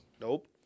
Nope